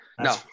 No